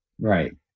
Right